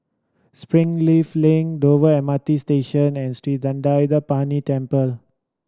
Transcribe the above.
Springleaf Link Dover M R T Station and Sri Thendayuthapani Temple